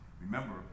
remember